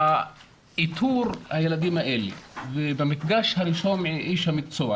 איתור הילדים האלה במפגש הראשון עם איש המקצוע,